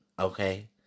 okay